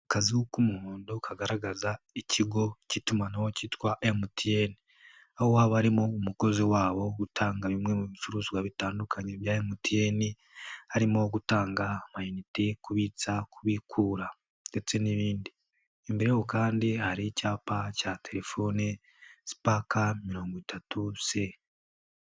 Akazu k'umuhondo kagaragaza ikigo cy'itumanaho cyitwa MTN, aho haba harimo umukozi wabo utanga bimwe mu bicuruzwa bitandukanye bya MTN harimo gutanga amayinite, kubitsa, kubikura ndetse n'ibindi. Imbere y'aho kandi hari icyapa cya telefoni Spark mirongo itatu se.